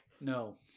No